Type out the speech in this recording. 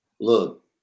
Look